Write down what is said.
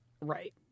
right